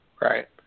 Right